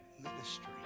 ministry